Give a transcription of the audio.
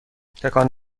تکان